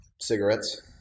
Cigarettes